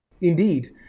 Indeed